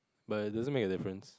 but it doesn't make a difference